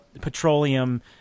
petroleum